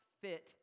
fit